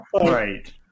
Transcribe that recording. Right